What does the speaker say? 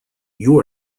you